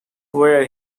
where